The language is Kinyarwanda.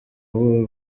bw’u